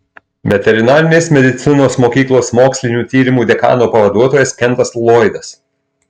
veterinarinės medicinos mokyklos mokslinių tyrimų dekano pavaduotojas kentas loydas